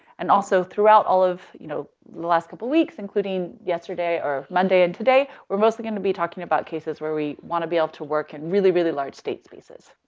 and also throughout all of, you know, the last couple of weeks including yesterday or monday and today, we're mostly going to be talking about cases where we want to be able to work in really really large state spaces.